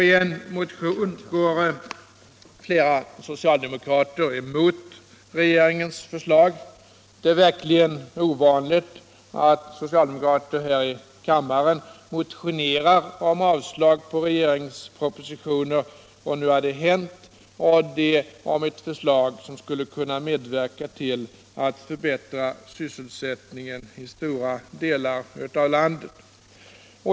I en motion går flera socialdemokrater emot regeringens förslag. Det är verkligen ovanligt att socialdemokrater här i kammaren motionerar om avslag på regeringspropositioner. Nu har detta alltså hänt, och det i fråga om ett förslag som skulle kunna medverka till att förbättra sysselsättningen i stora delar av landet.